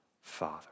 Father